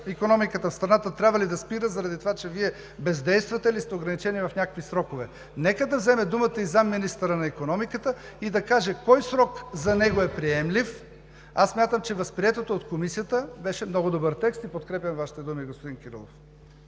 Икономиката в страната трябва ли да спира заради това, че Вие бездействате или сте ограничени в някакви срокове?“ Нека да вземе думата и заместник-министърът на икономиката и да каже кой срок за него е приемлив. Аз смятам, че възприетото от Комисията беше много добър текст и подкрепям Вашите думи, господин Кирилов.